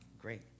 great